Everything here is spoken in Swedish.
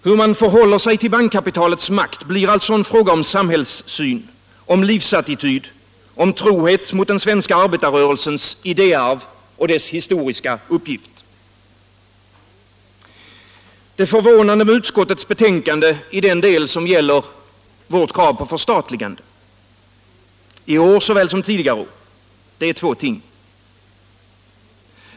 Hur man förhåller sig till bankkapitalets makt blir alltså en fråga om samhällssyn, om livsattityd, om trohet mot den svenska arbetarrörelsens idéarv och dess historiska uppgift. Det förvånande med utskottets betänkande i den del som gäller vårt krav på förstatligande, i år såväl som tidigare år, det är två ting.